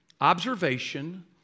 observation